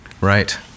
Right